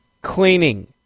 cleaning